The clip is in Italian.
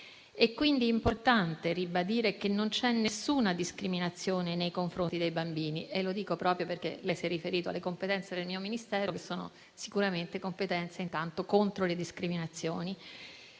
È quindi importante ribadire che non c'è nessuna discriminazione nei confronti dei bambini e lo dico proprio perché lei si è riferito alle competenze del mio Ministero, che sono sicuramente contro le discriminazioni.